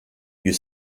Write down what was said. you